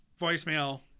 voicemail